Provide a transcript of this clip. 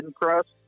crust